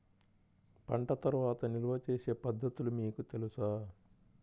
పంట తర్వాత నిల్వ చేసే పద్ధతులు మీకు తెలుసా?